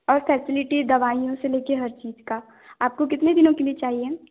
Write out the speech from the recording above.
और फ़ैसिलिटी दवाईयों से लेके हर चीज़ का आपको कितने दिनों के लिए चाहिए